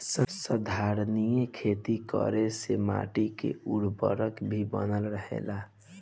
संधारनीय खेती करे से माटी के उर्वरकता भी बनल रहेला